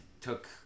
took